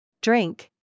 Drink